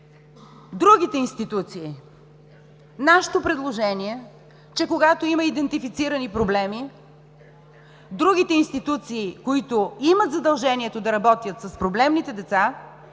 Другите институции. Нашето предложение е, че когато има идентифицирани проблеми, другите институции, които имат задължението да работят с проблемните деца,